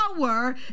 power